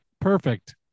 Perfect